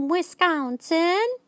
Wisconsin